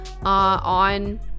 on